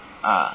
ah